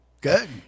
Good